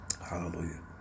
hallelujah